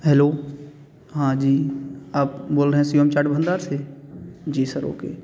hello हाँ जी आप बोल रहे हैं शिवम चाट भंडार से जी सर ओके